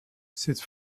cette